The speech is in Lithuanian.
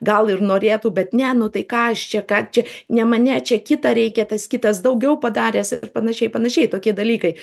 gal ir norėtų bet ne nu tai ką aš čia ką čia ne mane čia kitą reikia tas kitas daugiau padaręs ir panašiai panašiai tokie dalykai